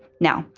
now,